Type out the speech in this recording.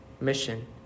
mission